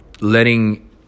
letting